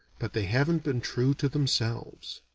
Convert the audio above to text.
but they haven't been true to themselves.